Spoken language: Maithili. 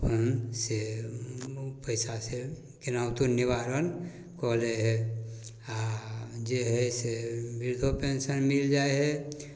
अपन से ओ पइसा से केनाहितो निवारण कऽ लै हइ आओर जे हइ से वृद्धो पेन्शन मिलि जाइ हइ